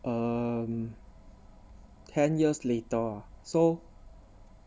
um ten years later so